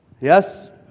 Yes